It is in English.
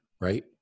right